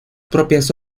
propias